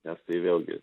nes tai vėlgi